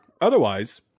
Otherwise